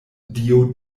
dio